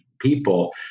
people